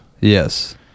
Yes